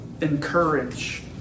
encourage